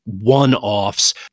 one-offs